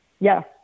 Yes